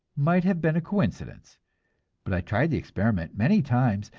might have been a coincidence but i tried the experiment many times,